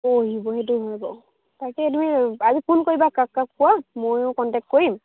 অ' সেইজনিটো নহ'ব তাকে তুমি আজি ফোন কৰিবা কাক কাক কোৱা ময়ো কণ্টেক্ট কৰিম